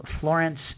Florence